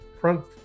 front